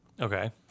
Okay